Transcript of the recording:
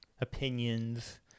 opinions